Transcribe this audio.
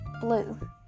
blue